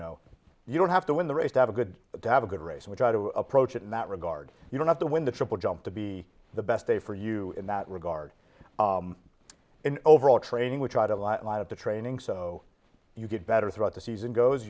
know you don't have to win the race to have a good but to have a good race and try to approach it in that regard you don't have to win the triple jump to be the best day for you in that regard in overall training which right a lot of the training so you get better throughout the season goes